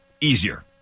easier